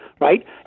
right